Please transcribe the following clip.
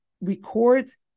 records